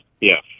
Yes